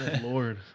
Lord